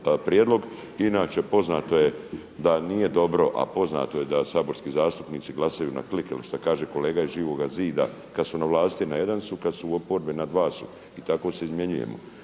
Inače poznato je da nije dobro, a poznato je da saborski zastupnici glasaju na klik ili šta kaže iz Živoga zida kada su na vlasti na jedan su, kada su u oporbi na dva su i tako se izmjenjujemo.